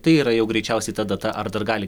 tai yra jau greičiausiai ta data ar dar gali